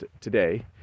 today